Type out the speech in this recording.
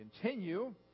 continue